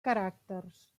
caràcters